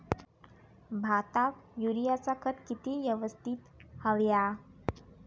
भाताक युरियाचा खत किती यवस्तित हव्या?